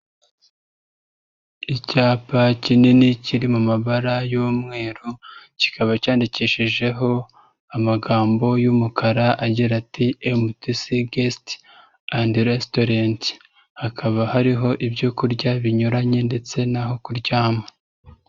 Icyapa kinini kiri mu mabara y'umweru, kikaba cyandikishejeho amagambo y'umukara, agira ati: "MTC guest and restaurant", hakaba hariho ibyo kurya binyuranye ndetse n'aho kuryama.